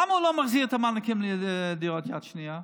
למה הוא לא מחזיר את המענקים לדירות יד שנייה?